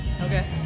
Okay